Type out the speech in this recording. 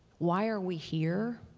why are we here.